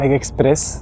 express